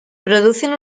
producen